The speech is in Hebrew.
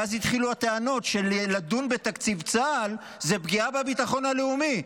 ואז התחילו הטענות שלדון בתקציב צה"ל זה פגיעה בביטחון הלאומי.